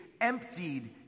emptied